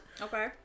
Okay